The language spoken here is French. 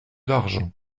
d’argent